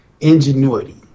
ingenuity